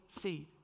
seed